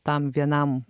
tam vienam